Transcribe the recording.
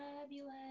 fabulous